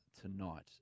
tonight